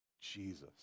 Jesus